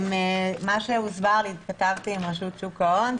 אני התכתבתי עם רשות שוק ההון,